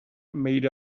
made